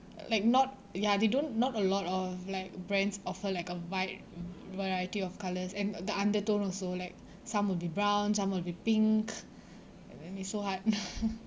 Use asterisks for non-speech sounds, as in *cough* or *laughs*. like not ya they don't not a lot of like brands offer like a wide variety of colours and the undertone also like some will be brown some will be pink and it's so hard *laughs*